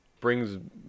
brings